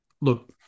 Look